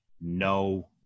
no